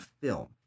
film